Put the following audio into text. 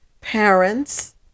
parents